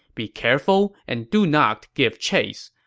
be careful and do not give chase.